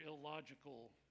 illogical